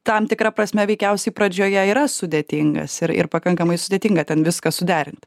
tam tikra prasme veikiausiai pradžioje yra sudėtingas ir ir pakankamai sudėtinga ten viską suderinti